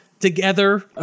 together